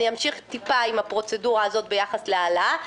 אמשיך טיפה עם הפרוצדורה הזאת ביחס להעלאה.